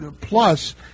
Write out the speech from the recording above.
plus